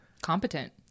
competent